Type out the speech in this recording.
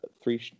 three